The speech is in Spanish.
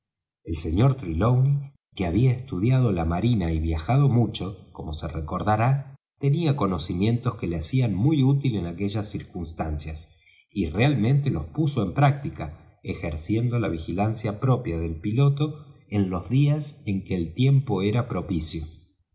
el sr trelawney que había estudiado la marina y viajado mucho como se recordará tenía conocimientos que le hacían muy útil en aquellas circunstancias y realmente los puso en práctica ejerciendo la vigilancia propia del piloto en los días en que el tiempo era propicio